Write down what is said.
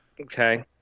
Okay